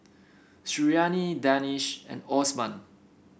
Suriani Danish and Osman